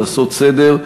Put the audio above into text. ולעשות סדר.